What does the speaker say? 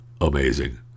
amazing